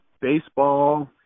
baseball